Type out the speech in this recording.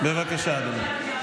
בבקשה, אדוני.